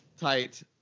Tight